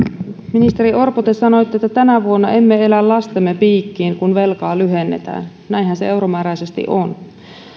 ministeri orpo te sanoitte että tänä vuonna emme elä lastemme piikkiin kun velkaa lyhennetään näinhän se euromääräisesti on